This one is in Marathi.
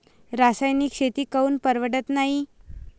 रासायनिक शेती काऊन परवडत नाई?